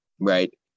right